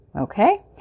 Okay